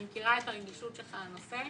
אני מכירה את הרגישות שלך לנושא,